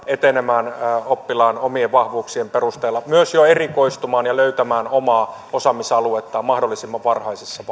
etenemään oppilaan omien vahvuuksien perusteella myös jo erikoistumaan ja löytämään omaa osaamisaluetta mahdollisimman varhaisessa